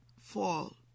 fall